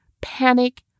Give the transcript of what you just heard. panic